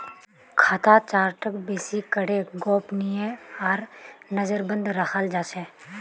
खाता चार्टक बेसि करे गोपनीय आर नजरबन्द रखाल जा छे